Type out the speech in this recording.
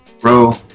bro